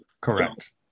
Correct